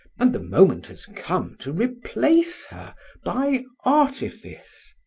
and the moment has come to replace her by artifice.